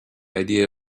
idea